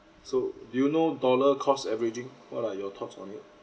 so do you know dollar cost averaging what are your thoughts on it